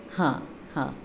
हां हां